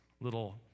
little